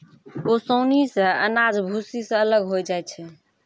ओसौनी सें अनाज भूसी सें अलग होय जाय छै